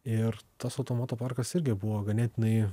ir tas auto moto parkas irgi buvo ganėtinai